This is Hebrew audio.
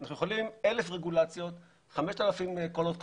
אנחנו יכולים אלף רגולציות, 5,000 קולות קוראים,